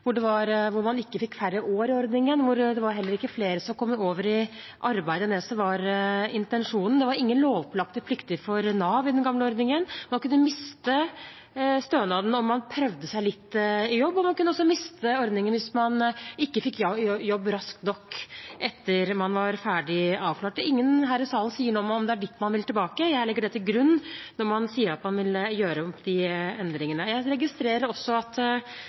hvor man ikke fikk færre år i ordningen. Det var heller ikke flere som kom over i arbeid enn det som var intensjonen. Det var ingen lovpålagte plikter for Nav i den gamle ordningen. Man kunne miste stønaden om man prøvde seg litt i jobb. Man kunne også miste ordningen hvis man ikke fikk jobb raskt nok etter at man var ferdig avklart. Ingen her i salen sier noe om hvorvidt det er dit man vil tilbake. Jeg legger det til grunn når man sier at man vil gjøre om de endringene. Jeg registrerer også at